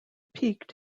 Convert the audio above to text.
peaked